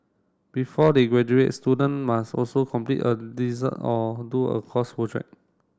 before they graduate student must also complete a or do a course project